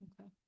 Okay